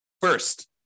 First